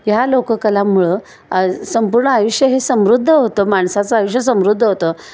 ह्या लोककलामुळं आ संपूर्ण आयुष्य हे समृद्ध होतं माणसाचं आयुष्य समृद्ध होतं